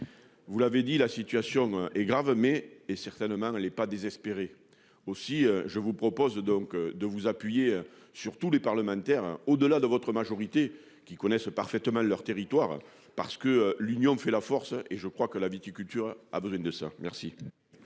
Vous l'avez dit, la situation est grave mais et certainement elle est pas désespéré aussi je vous propose donc de vous appuyer sur tous les parlementaires au delà de votre majorité qui connaissent parfaitement leur territoire parce que l'union fait la force et je crois que la viticulture a besoin de ça. Merci.